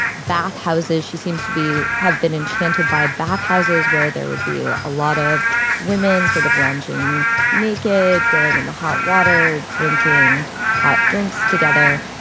bath houses. she seemed to be have been enchanted by bath houses where there would be a ah lot of women sort of lounging naked going in the hot water, drinking hot drinks together